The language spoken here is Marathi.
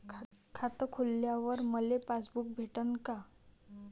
खातं खोलल्यावर मले पासबुक भेटन का?